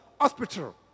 hospital